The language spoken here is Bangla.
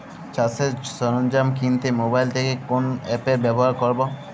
চাষের সরঞ্জাম কিনতে মোবাইল থেকে কোন অ্যাপ ব্যাবহার করব?